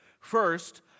First